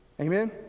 Amen